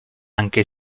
anche